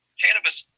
cannabis